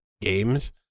games